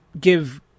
give